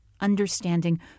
understanding